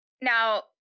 now